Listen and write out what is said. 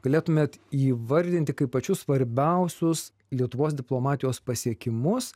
galėtumėt įvardinti kaip pačius svarbiausius lietuvos diplomatijos pasiekimus